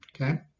Okay